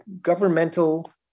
governmental